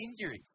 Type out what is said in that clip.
injury